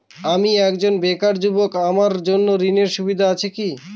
আমি একজন বেকার যুবক আমার জন্য কোন ঋণের সুবিধা আছে কি?